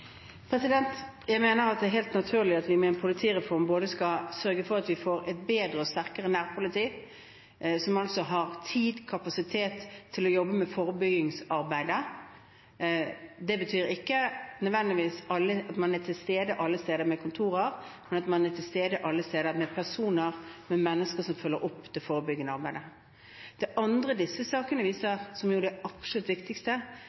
Jeg mener det er helt naturlig at vi med en politireform skal sørge for at vi får et bedre og sterkere nærpoliti, som har tid og kapasitet til forebyggingsarbeid. Det betyr ikke nødvendigvis at man er til stede med kontorer alle steder, men at man er til stede alle steder med personer, med mennesker som følger opp det forebyggende arbeidet. Det andre disse sakene viser, som jo er det absolutt viktigste,